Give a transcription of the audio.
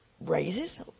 raises